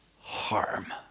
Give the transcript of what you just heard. harm